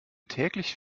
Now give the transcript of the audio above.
täglich